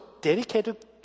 dedicated